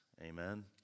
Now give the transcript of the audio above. Amen